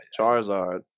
Charizard